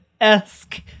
esque